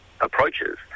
approaches